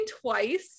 twice